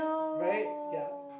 right ya